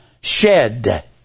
shed